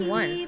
one